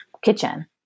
kitchen